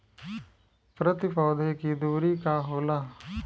प्रति पौधे के दूरी का होला?